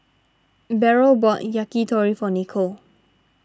Beryl bought Yakitori for Nikole